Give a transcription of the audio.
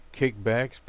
kickbacks